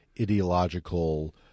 ideological